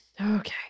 Okay